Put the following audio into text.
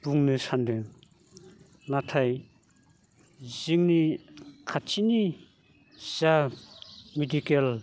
बुंनो सान्दों नाथाय जोंनि खाथिनि जा मेडिकेल